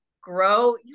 grow